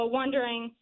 wondering